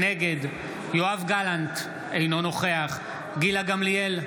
נגד יואב גלנט, אינו נוכח גילה גמליאל,